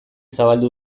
zabaldu